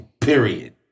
period